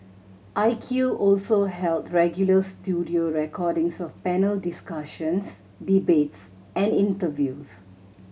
I Q also held regular studio recordings of panel discussions debates and interviews